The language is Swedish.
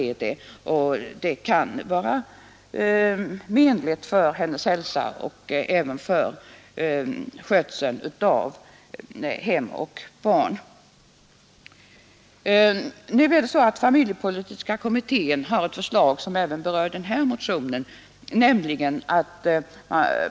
Detta kan vara menligt både för hennes hälsa och för skötseln av hem och barn. Familjepolitiska kommittén har ett förslag som även berör den här motionen.